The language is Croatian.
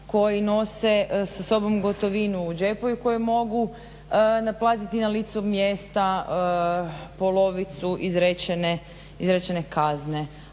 koji nose sa sobom gotovinu u džepu i koji mogu naplatiti na licu mjesta polovicu izrečene kazne,